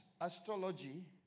astrology